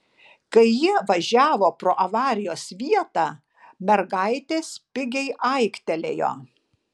kai jie važiavo pro avarijos vietą mergaitė spigiai aiktelėjo